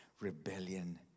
rebellion